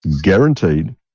guaranteed